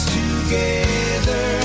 together